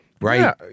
Right